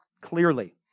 clearly